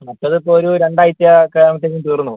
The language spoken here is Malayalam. മറ്റത് ഇപ്പോൾ ഒരു രണ്ടാഴ്ച ഒക്കെ ആകുമ്പോത്തെനും തീർന്ന് പോവും